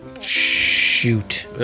Shoot